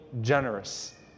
generous